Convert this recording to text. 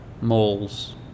malls